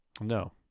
No